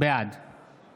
בעד